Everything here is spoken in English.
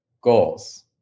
goals